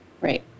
Right